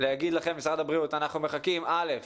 להגיד לכם משרד הבריאות, אנחנו מחכים, א',